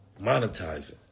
monetizing